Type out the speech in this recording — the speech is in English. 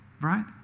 right